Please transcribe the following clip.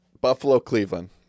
Buffalo-Cleveland